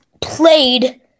played